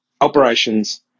operations